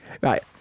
Right